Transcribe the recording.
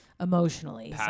emotionally